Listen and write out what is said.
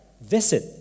visit